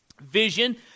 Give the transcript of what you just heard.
vision